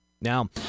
Now